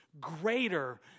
greater